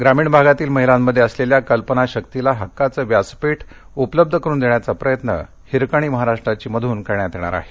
ग्रामीण भागातील महिलांमध्ये असलेल्या कल्पना शक्तीला हक्काचं व्यासपीठ उपलब्ध करुन देण्याचा प्रयत्न हिरकणी महाराष्ट्राची मधून करण्यात येणार आहे